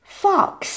fox